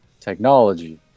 technology